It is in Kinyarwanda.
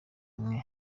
mwe